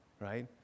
right